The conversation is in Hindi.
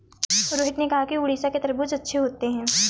रोहित ने कहा कि उड़ीसा के तरबूज़ अच्छे होते हैं